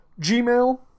Gmail